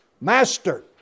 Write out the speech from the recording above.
Master